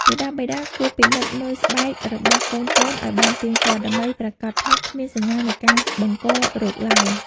មាតាបិតាគួរពិនិត្យមើលស្បែករបស់កូនៗឱ្យបានទៀងទាត់ដើម្បីប្រាកដថាគ្មានសញ្ញានៃការបង្ករោគឡើយ។